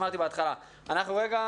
כאן,